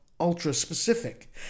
ultra-specific